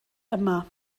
yma